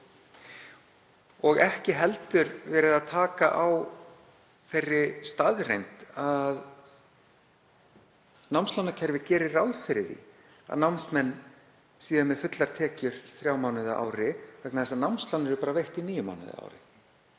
og ekki er heldur verið að taka á þeirri staðreynd að námslánakerfið gerir ráð fyrir því að námsmenn séu með fullar tekjur þrjá mánuði á ári vegna þess að námslán eru veitt í níu mánuði á ári.